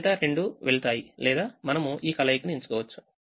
మిగతా రెండు వెళ్తాయి లేదా మనము ఈ కలయికను ఎంచుకోవచ్చు